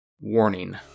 Warning